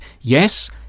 Yes